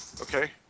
Okay